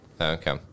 Okay